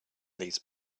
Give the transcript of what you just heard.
these